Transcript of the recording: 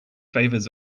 favours